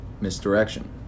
Misdirection